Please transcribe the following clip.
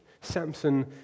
Samson